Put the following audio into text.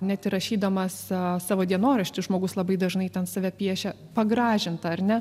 net ir rašydamas savo dienoraštį žmogus labai dažnai ten save piešia pagražintą ar ne